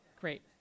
Great